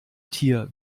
tier